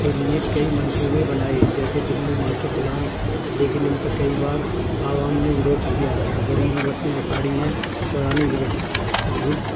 کے لیے کئی منصوبے بنائے جیسے دلی ماسٹر پلان لیکن ان کا کئی بار عوام نے روودھ کیا ہے غریبی بستیاں اکھاڑی ہیں پرانی